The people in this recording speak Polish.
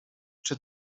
czy